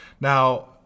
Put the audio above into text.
Now